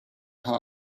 heart